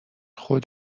خود